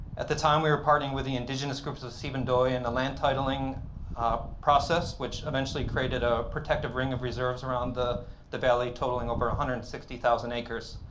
at the time, we were partnering with the indigenous groups of sibundoy in the land titling process, which eventually created a protective ring of reserves around the the valley totaling over one ah hundred and sixty thousand acres.